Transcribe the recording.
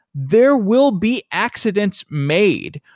there will be accidents made.